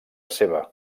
seva